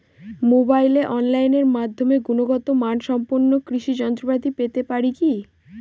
মোবাইলে অনলাইনের মাধ্যমে গুণগত মানসম্পন্ন কৃষি যন্ত্রপাতি পেতে পারি কি?